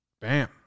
Bam